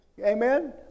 Amen